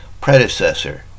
predecessor